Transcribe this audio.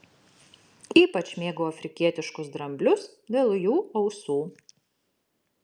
ypač mėgau afrikietiškus dramblius dėl jų ausų